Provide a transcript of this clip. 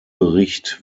bericht